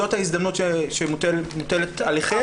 זו ההזדמנות שמוטלת עליכם.